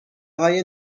های